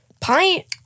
Pie